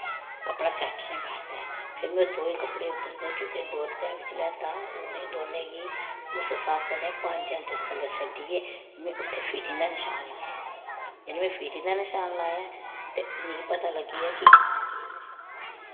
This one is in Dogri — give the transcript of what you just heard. कपड़ा सैट्ट निं बैठदा ऐ फिर में दोए कपड़े उध्द उध्दर दा चुक्के ते दोह्री तैह् बिच्च लेआंदा उनें दोनें गी उस हिसाब कन्नै पंज इंच थल्ले शड्डियै में उत्थें फिटिंग दा नशान लाया ऐ जिसलै में फिटिंग दा नशान लाया ऐ ते मिगी पता लग्गिया कि